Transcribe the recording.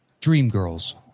Dreamgirls